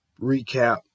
recap